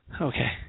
Okay